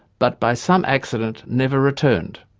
but by some accident never returned'.